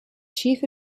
chief